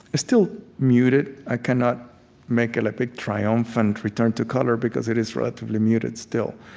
still mute it i cannot make a like big, triumphant return to color, because it is relatively muted still.